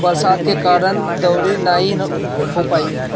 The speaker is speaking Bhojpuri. बरसात के कारण दँवरी नाइ हो पाई